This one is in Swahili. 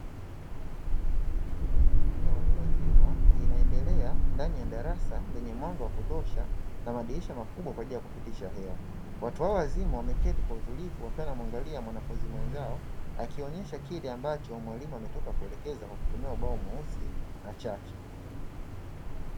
Elimu ya watu wazima inaendelea ndani ya darasa lenye mwanga wa kutosha na madirisha makubwa kwa ajili ya kupitisha hewa. Watu hawa wazima wameketi kwa utulivu wakiwa wanamwangalia mwanafunzi mwenzao akionyesha kile ambacho mwalimu ametoka kuelekeza kwa kutumia ubao mweusi na chaki.